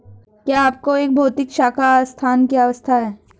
क्या आपको एक भौतिक शाखा स्थान की आवश्यकता है?